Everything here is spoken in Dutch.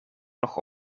nog